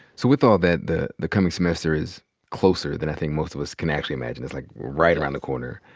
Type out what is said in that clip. so with all that, the the coming semester is closer than i think most of us can actually imagine. it's like, we're right around the corner.